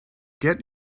get